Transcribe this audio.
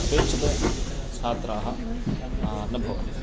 अपेक्षिताः छात्राः न भवन्ति